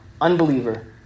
unbeliever